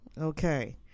okay